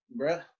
Bruh